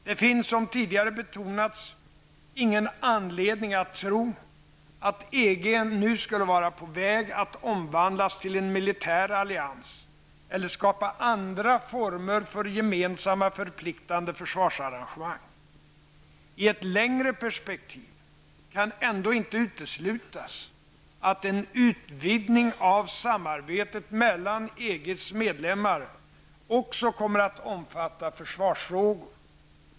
Det finns som tidigare betonats ingen anledning att tro att EG nu skulle vara på väg att omvandlas till en militär allians eller skapa andra former för gemensamma förpliktande försvarsarrangemang. I ett längre perspektiv kan ändå inte uteslutas att en utvidgning av samarbetet mellan EGs medlemmar också kommer att omfatta försvarsfrågor.